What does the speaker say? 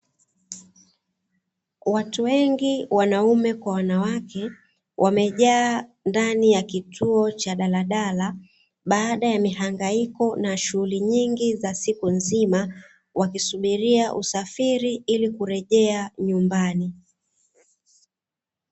Watu wengi wanaume kwa wanawake wamejaa ndani ya kituo cha daladala, baada ya mihangaiko na shughuli nyingi za siku nzima, wakisubiria usafiri wa kurejea nyumbani.